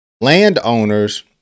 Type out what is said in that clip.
Landowners